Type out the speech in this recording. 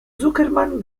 zuckerman